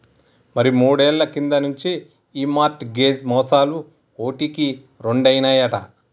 మరి మూడేళ్ల కింది నుంచి ఈ మార్ట్ గేజ్ మోసాలు ఓటికి రెండైనాయట